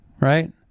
right